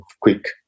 quick